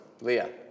Leah